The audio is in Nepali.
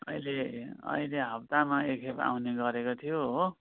अहिले अहिले हप्तामा एकखेप आउँने गरेको थियो हो